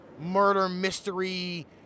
murder-mystery